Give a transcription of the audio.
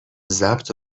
ضبط